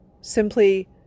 Simply